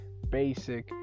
Basic